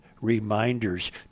reminders